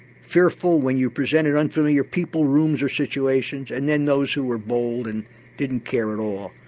fearful when you presented unfamiliar people, rooms or situations, and then those who were bold and didn't care at all.